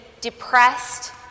depressed